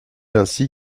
ainsi